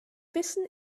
wissen